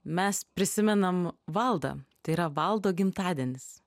mes prisimenam valdą tai yra valdo gimtadienis